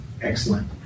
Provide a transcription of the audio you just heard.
Excellent